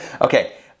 Okay